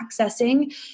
accessing